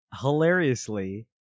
Hilariously